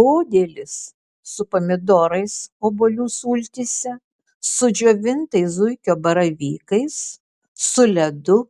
podėlis su pomidorais obuolių sultyse su džiovintais zuikio baravykais su ledu